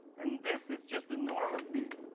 and this is just the norm of b